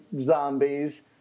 zombies